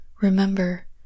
Remember